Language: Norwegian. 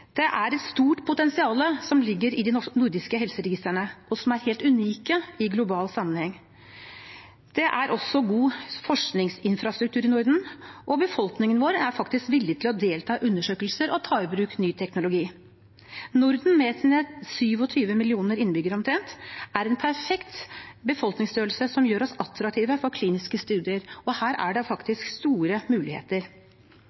Det er et stort potensial som ligger i de nordiske helseregistrene, og som er helt unike i global sammenheng. Det er også god forskningsinfrastruktur i Norden, og befolkningen vår er faktisk villig til å delta i undersøkelser og ta i bruk ny teknologi. Norden med sine 27 millioner innbyggere omtrent er en perfekt befolkningsstørrelse som gjør oss attraktive for kliniske studier, og her er det